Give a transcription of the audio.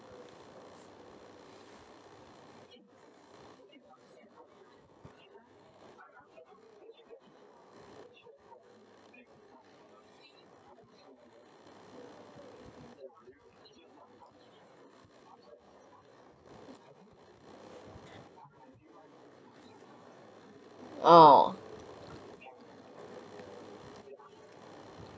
oo